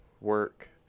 work